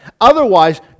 Otherwise